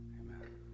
Amen